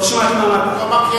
לא שמעתי מה אמרת.